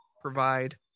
provide